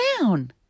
down